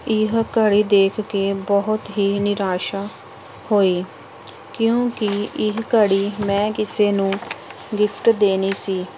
ਇਹ ਘੜੀ ਦੇਖ ਕੇ ਬਹੁਤ ਹੀ ਨਿਰਾਸ਼ਾ ਹੋਈ ਕਿਉਂਕਿ ਇਹ ਘੜੀ ਮੈਂ ਕਿਸੇ ਨੂੰ ਗਿਫ਼ਟ ਦੇਣੀ ਸੀ